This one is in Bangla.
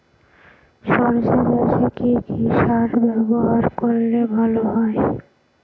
সর্ষে চাসে কি কি সার ব্যবহার করলে ভালো হয়?